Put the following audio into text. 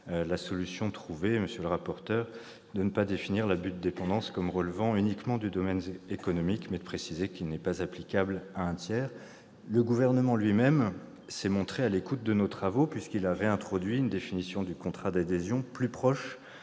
en est ainsi, monsieur le rapporteur, du choix fait de ne pas définir l'abus de dépendance comme relevant uniquement du domaine économique, mais de préciser qu'il n'est pas applicable à un tiers. Comme je l'ai rappelé, le Gouvernement lui-même s'est montré à l'écoute de nos travaux, puisqu'il a réintroduit une définition du contrat d'adhésion plus proche